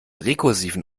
rekursiven